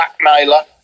Blackmailer